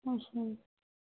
ਅੱਛਾ ਜੀ